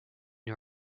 new